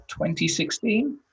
2016